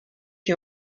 qui